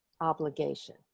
obligation